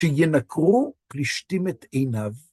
שינקרו פלשתים את עיניו.